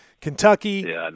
Kentucky